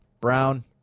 Brown